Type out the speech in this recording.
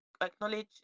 acknowledge